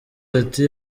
ati